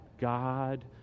God